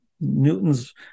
newton's